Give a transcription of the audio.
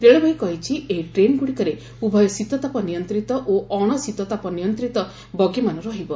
ରେଳବାଇ କହିଛି ଏହି ଟ୍ରେନ୍ ଗୁଡ଼ିକରେ ଉଭୟ ଶୀତତାପ ନିୟନ୍ତ୍ରିତ ଓ ଅଣଶୀତତାପ ନିୟନ୍ତ୍ରିତ ବଗିମାନ ରହିବ